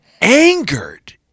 angered